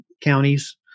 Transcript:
counties